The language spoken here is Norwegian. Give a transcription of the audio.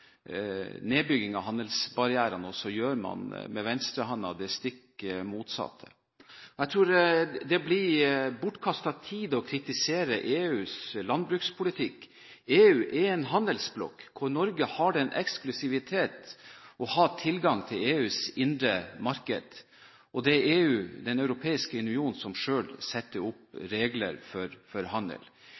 nedbygging av handelsbarrierene og så med venstrehanda gjøre det stikk motsatte. Jeg tror det blir bortkastet tid å kritisere EUs landbrukspolitikk. EU er en handelsblokk hvor Norge har den eksklusivitet å ha tilgang til EUs indre marked, og det er EU, Den europeiske union, som selv setter opp regler for handel.